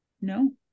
no